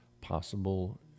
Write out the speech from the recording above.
possible